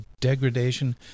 degradation